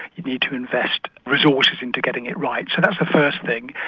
you need to invest resources into getting it right that's the first thing.